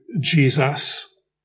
Jesus